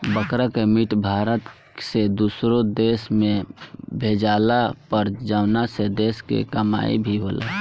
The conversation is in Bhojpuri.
बकरा के मीट भारत से दुसरो देश में भेजाला पर जवना से देश के कमाई भी होला